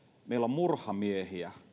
murhamiehiä